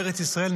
בארץ ישראל,